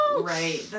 Right